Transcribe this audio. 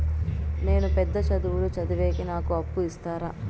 నేను పెద్ద చదువులు చదివేకి నాకు అప్పు ఇస్తారా